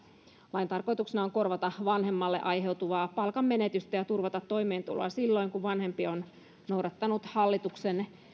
lain tarkoituksena on korvata vanhemmalle aiheutuvaa palkanmenetystä ja turvata toimeentuloa silloin kun vanhempi on noudattanut hallituksen